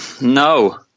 no